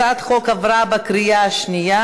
הצעת החוק עברה בקריאה השנייה.